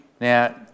Now